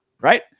Right